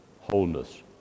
wholeness